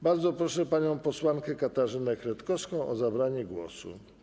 Bardzo proszę panią posłankę Katarzynę Kretkowską o zabranie głosu.